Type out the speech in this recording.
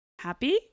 happy